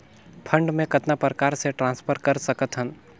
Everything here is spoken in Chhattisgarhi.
फंड मे कतना प्रकार से ट्रांसफर कर सकत हन?